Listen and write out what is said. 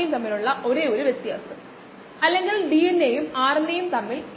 D തീസിസിന്റെ ഭാഗമായി ഇത് വികസിപ്പിച്ചെടുത്തു ഇത് വ്യവസായത്തിലും പ്രയോഗിച്ചു